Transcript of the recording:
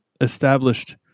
established